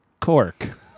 Cork